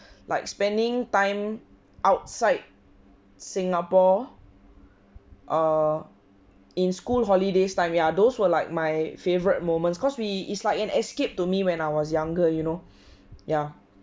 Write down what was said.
like spending time outside singapore or in school holidays time ya those were like my favorite moments cause we is like an escape to me when I was younger you know ya